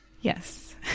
Yes